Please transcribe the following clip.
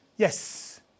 Yes